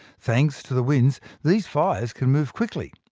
thanks to the winds, these fires can move quickly.